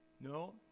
No